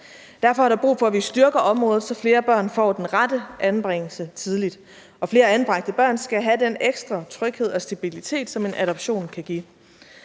Derfor er der brug for, at vi styrker området, så flere børn får den rette anbringelse tidligt, og flere anbragte børn skal have den ekstra tryghed og stabilitet, som en adoption kan give.